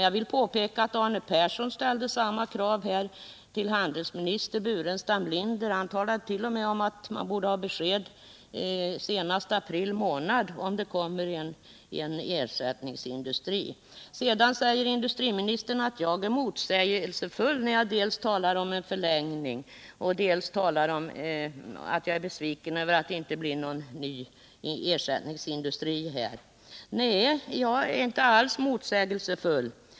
Jag vill då påpeka att Arne Persson ställde samma krav till handelsministern Burenstam Linder; han talade t.o.m. om att man senast i april månad borde ha besked i frågan, om det kommer någon ersättningsindustri. Industriministern sade att jag var motsägelsefull när jag dels talade om en förlängning, dels sade att jag är besviken över att det inte blir någon ersättningsindustri. Nej, jag är inte alls motsägelsefull.